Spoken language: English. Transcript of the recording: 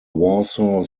warsaw